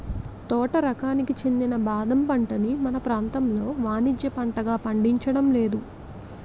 తోట రకానికి చెందిన బాదం పంటని మన ప్రాంతంలో వానిజ్య పంటగా పండించడం లేదు